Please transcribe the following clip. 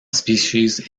species